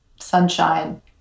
Sunshine